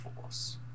Force